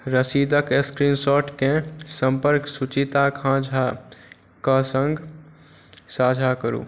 रसीदक स्क्रीनशॉटकेँ सम्पर्क सुचिता खाँ झाक सङ्ग साझा करू